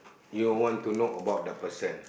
you all want to know about the person